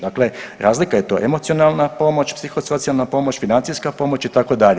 Dakle, razlika je to emocionalna pomoć, psihosocijalna pomoć, financijska pomoć itd.